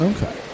Okay